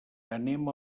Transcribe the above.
anem